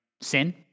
sin